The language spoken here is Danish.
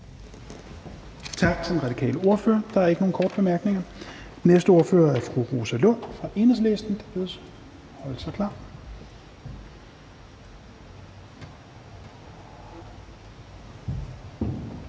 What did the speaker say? Tak til den radikale ordfører. Der er ikke nogen korte bemærkninger. Næste ordfører er fru Rosa Lund fra Enhedslisten, som bedes